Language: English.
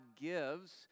gives